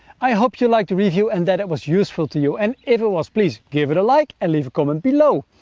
i hoped you liked the review and that it was useful to you, and if it was, please give it a like and leave a comment below.